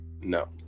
No